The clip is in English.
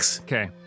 Okay